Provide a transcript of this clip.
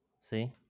See